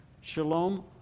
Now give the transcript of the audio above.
Shalom